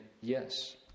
yes